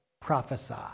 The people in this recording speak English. prophesy